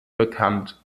bekannt